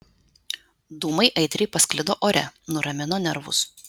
dūmai aitriai pasklido ore nuramino nervus